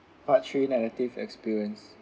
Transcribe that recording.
part three negative experience